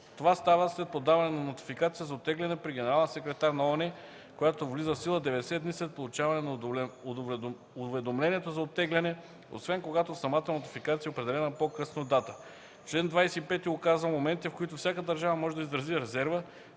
Това става след подаване на нотификация за оттегляне при Генералния секретар на ООН, която влиза в сила 90 дни след получаването на уведомлението за оттегляне, освен когато в самата нотификация е определена по-късна дата. Член 25 указва моментите, в които всяка държава може да изрази резерва,